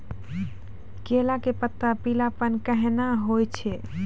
केला के पत्ता पीलापन कहना हो छै?